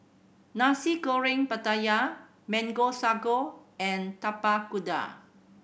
Nasi Goreng Pattaya Mango Sago and Tapak Kuda